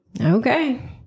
okay